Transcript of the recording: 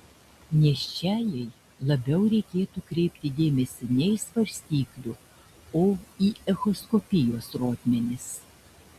nėščiajai labiau reikėtų kreipti dėmesį ne į svarstyklių o į echoskopijos rodmenis